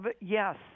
Yes